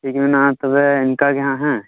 ᱴᱷᱤᱠ ᱢᱮᱱᱟᱜᱼᱟ ᱛᱚᱵᱮ ᱤᱱᱠᱟᱹ ᱜᱮ ᱦᱟᱜ ᱦᱮᱸ